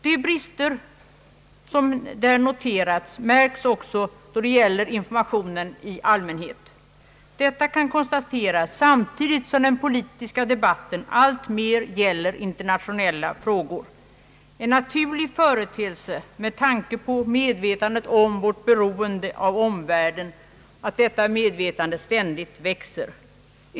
De brister man kan notera inom undervisningen märks också då det gäller informationen i allmänhet. Detta kan konstateras samtidigt som den politiska debatten alltmer gäller internationella frågor. En naturlig företeelse med tanke på att medvetandet om vårt beroende av omvärlden ständigt växer.